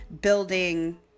building